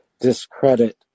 discredit